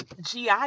GI